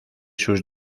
sus